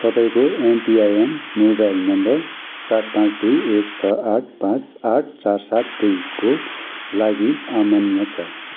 तपाईँको MPIN mobile number सात पाँच दुई एक छ आठ पाँच आठ चार सात दुईको लागि अमान्य छ